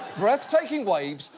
breath taking waves,